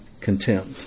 contempt